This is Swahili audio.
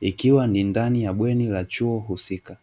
ikiwa ni ndani ya bweni la chuo husika.